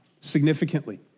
significantly